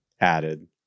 added